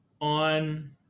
on